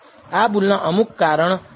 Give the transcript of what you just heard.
આ ભૂલ ના અમુક કારણો હોઈ શકે છે